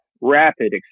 rapid